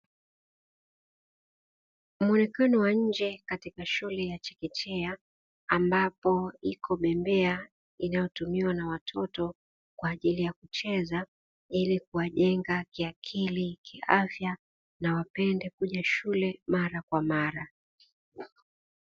Mwonekano wa nje katika shule ya chekechea, ambapo iko bembea inayotumiwa na watoto kwa ajili ya kucheza ili kuwajenga kiakili, kiafya na wapende kuja shule mara kwa mara.